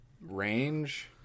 range